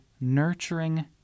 nurturing